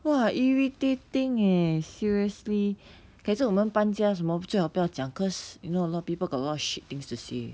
!wah! irritating eh seriously 改次我们搬家什么最好不要讲 because you know a lot of people got shit things to say